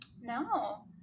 no